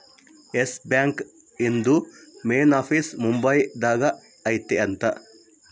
S Bank ಇಂದು main office Mumbai ದಾಗ ಐತಿ ಅಂತ